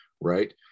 Right